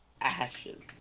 Ashes